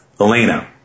Elena